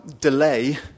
delay